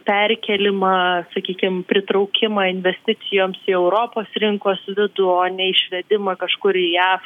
perkėlimą sakykim pritraukimą investicijoms į europos rinkos vidų o ne išvedimą kažkur į jav